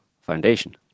foundation